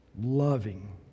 loving